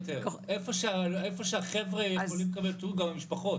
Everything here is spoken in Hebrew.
מה השינויים מהקו הקודם שהוא אמר לנו שהם לא ערוכים